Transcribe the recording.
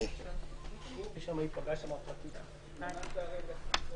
בשעה 11:40.)